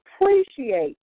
appreciate